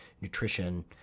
nutrition